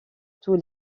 tous